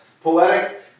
poetic